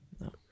No